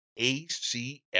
ACL